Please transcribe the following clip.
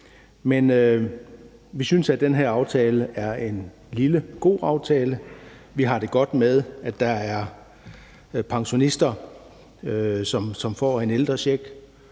Men vi synes, at den her aftale er en lille god aftale. Vi har det godt med, at der er pensionister, som får en ældrecheck